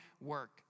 work